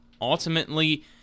ultimately